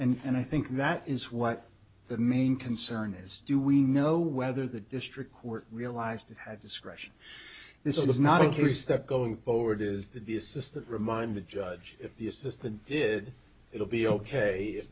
and i think that is what the main concern is do we know whether the district court realised to have discretion this is not a case that going forward is that the assistant remind the judge if the assistant did it will be ok if